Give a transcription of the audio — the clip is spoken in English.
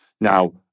Now